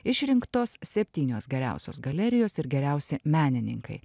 išrinktos septynios geriausios galerijos ir geriausi menininkai